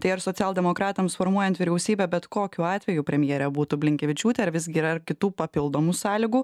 tai ar socialdemokratams formuojant vyriausybę bet kokiu atveju premjerė būtų blinkevičiūtė ar visgi yra ir kitų papildomų sąlygų